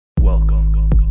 Welcome